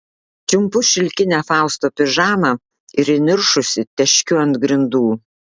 čiumpu šilkinę fausto pižamą ir įniršusi teškiu ant grindų